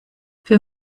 für